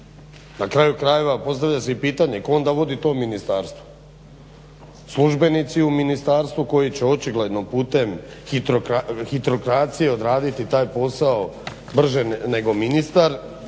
na kraju krajeva postavlja se i pitanje tko onda vodi to ministarstvo. Službenici u ministarstvu koji će očigledno putem hitrokracije odraditi taj posao brže nego ministar,